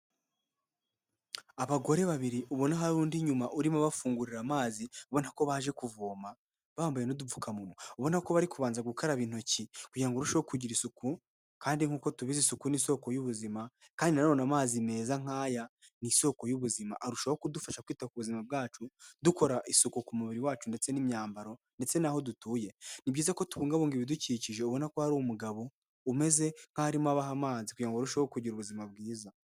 Abagore babiri ubone hari undi inyuma urimo abafungurira amazi, ubona ko baje kuvoma, bambaye n'udupfukamunwa, ubona ko bari kubanza gukaraba intoki kugira ngo barusheho kugira isuku kandi nk'uko tubiza isuku ni isoko y'ubuzima kandi nanone amazi meza nk'aya ni isoko y'ubuzima, arushaho kudufasha kwita ku buzima bwacu dukora isuku ku mubiri wacu ndetse n'imyambaro ndetse n'aho dutuye. Ni byiza ko tubungabunga ibidukikije, ubona ko hari umugabo umeze nkaho arimo abaha amazi kugira ngo barusheho kugira ubuzima bwiza.